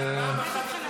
--- דקות.